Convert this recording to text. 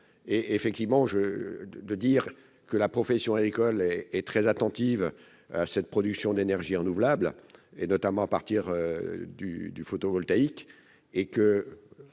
et effectivement je de dire que la profession agricole et est très attentive à cette production d'énergie renouvelable et notamment à partir du du photovoltaïque et que,